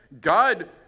God